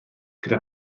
gyda